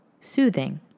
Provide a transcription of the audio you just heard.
Soothing